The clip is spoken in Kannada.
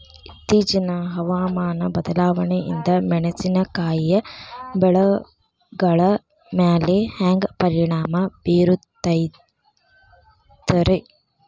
ಇತ್ತೇಚಿನ ಹವಾಮಾನ ಬದಲಾವಣೆಯಿಂದ ಮೆಣಸಿನಕಾಯಿಯ ಬೆಳೆಗಳ ಮ್ಯಾಲೆ ಹ್ಯಾಂಗ ಪರಿಣಾಮ ಬೇರುತ್ತೈತರೇ?